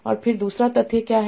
और फिर दूसरा तथ्य क्या है